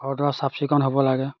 ঘৰ দুৱাৰ চাফ চিকুণ হ'ব লাগে